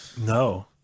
no